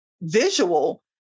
visual